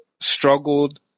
struggled